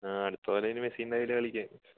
ആ അടുത്ത കൊല്ലം ഇനി മെസ്സി ഉണ്ടാവില്ല കളിയ്ക്കാൻ